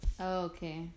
Okay